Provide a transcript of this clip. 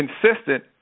consistent –